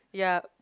ya